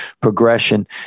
progression